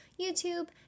YouTube